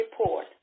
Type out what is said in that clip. report